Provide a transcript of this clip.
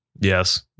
yes